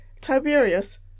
Tiberius